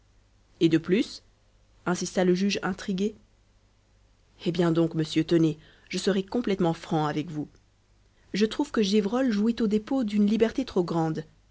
et de plus insista le juge intrigué eh bien donc monsieur tenez je serai complètement franc avec vous je trouve que gévrol jouit au dépôt d'une liberté trop grande